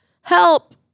Help